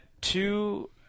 two